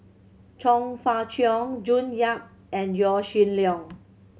Chong Fah Cheong June Yap and Yaw Shin Leong